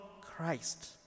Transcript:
Christ